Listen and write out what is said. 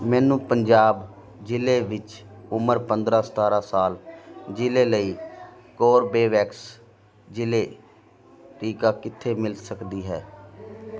ਮੈਨੂੰ ਪੰਜਾਬ ਜ਼ਿਲ੍ਹੇ ਵਿੱਚ ਉਮਰ ਪੰਦਰਾਂ ਸਤਾਰਾਂ ਸਾਲ ਜ਼ਿਲ੍ਹੇ ਲਈ ਕੋਰਬੇਵੈਕਸ ਜ਼ਿਲ੍ਹੇ ਟੀਕਾ ਕਿੱਥੇ ਮਿਲ ਸਕਦੀ ਹੈ